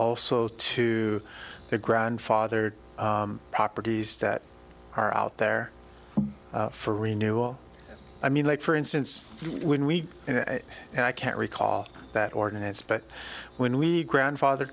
also to the grandfathered properties that are out there for renewal i mean like for instance when we and i can't recall that ordinance but when we ground father